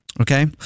Okay